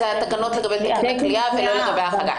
לגבי תקן הכליאה.